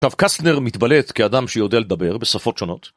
עכשיו קסטנר מתבלט כאדם שיודע לדבר בשפות שונות.